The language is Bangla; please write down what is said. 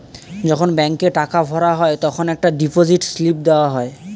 যখন ব্যাংকে টাকা ভরা হয় তখন একটা ডিপোজিট স্লিপ দেওয়া যায়